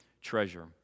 treasure